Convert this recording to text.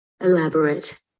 elaborate